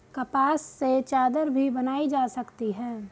कपास से चादर भी बनाई जा सकती है